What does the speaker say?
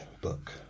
book